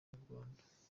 nyarwanda